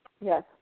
Yes